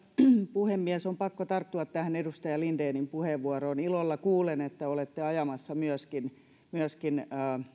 puhemies on pakko tarttua tähän edustaja lindenin puheenvuoroon ilolla kuulen että olette ajamassa myöskin